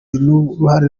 n’uruhare